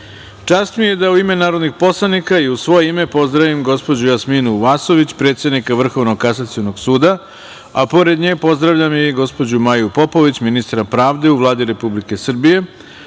mi je da u ime narodnih poslanika i u svoje ime pozdravim gospođu Jasminu Vasović, predsednika Vrhovnog kasacionog suda, a pored nje pozdravljam i gospođu Maju Popović, ministra pravde u Vladi Republike Srbije,